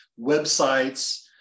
websites